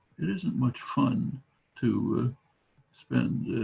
it isn't much fun to spend